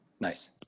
Nice